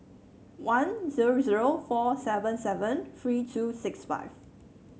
one zero zero four seven seven three two six five